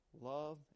love